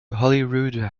holyrood